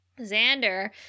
Xander